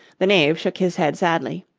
the knave shook his head sadly.